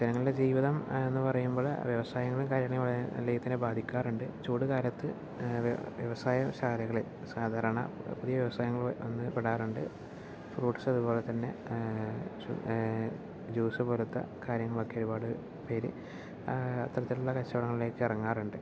ജനങ്ങളുടെ ജീവിതം എന്നു പറയുമ്പോൾ വ്യവസായങ്ങളും കാര്യങ്ങളിലും നല്ല രീതിയിൽ തന്നെ ബാധിക്കാറുണ്ട് ചൂടുകാലത്ത് വ്യവസായ ശാലകളിൽ സാധാരണ പുതിയ വ്യവസായങ്ങൾ വന്നു പെടാറുണ്ട് ഫ്രൂട്ട്സ് അതുപോലെ തന്നെ ജൂസ് പോലത്തെ കാര്യങ്ങളൊക്കെ ഒരുപാട് പേര് അത്തരത്തിലുള്ള കച്ചവടങ്ങളിലേക്ക് ഇറങ്ങാറുണ്ട്